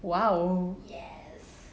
!wow!